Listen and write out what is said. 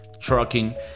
trucking